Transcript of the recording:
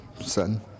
son